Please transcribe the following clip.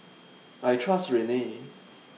I Trust Rene